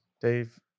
Dave